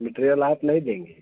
material आप नहीं देंगे